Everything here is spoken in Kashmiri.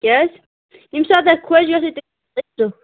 کیٛازِ ییٚمہِ ساتہٕ تۄہہِ خۄش گژھیٚو